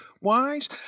wise